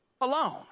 alone